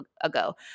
ago